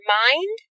mind